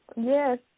Yes